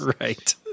Right